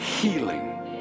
healing